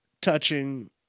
touching